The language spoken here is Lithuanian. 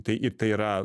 tai ir tai yra